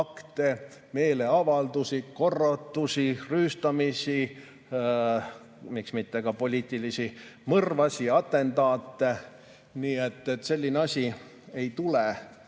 meeleavaldusi, korratusi, rüüstamisi, miks mitte ka poliitilisi mõrvasid, atentaate. Nii et selline asi ei tule kõne